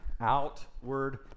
outward